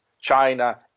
China